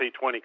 T20